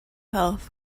health